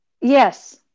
Yes